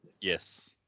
Yes